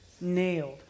nailed